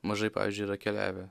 mažai pavyzdžiui yra keliavę